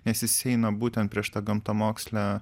nes jis eina būtent prieš tą gamtamokslę